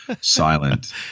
silent